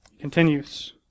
Continues